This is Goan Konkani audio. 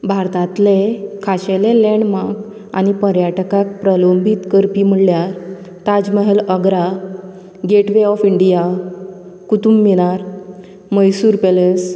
भारतांतले खाशेले लैन्ड्मार्क आनी पर्यटकांक प्रलंबीत करपी म्हळ्यार Taj Mahal Agra gateway of India Qutub Minar Mysore पैलस